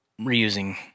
reusing